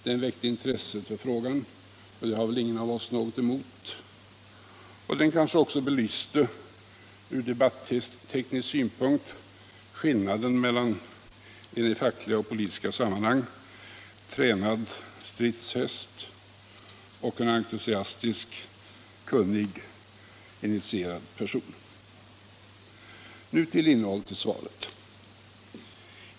Den väckte intresse för frågan, och det hoppas jag ingen av oss har något emot, och den kanske också belyste ur debatteknisk synpunkt skillnaden mellan en i fackliga och politiska sammanhang tränad stridshäst och en entusiastisk, kunnig och initierad person. Nu till innehållet i svaret!